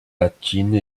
latine